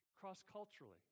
cross-culturally